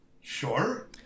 Sure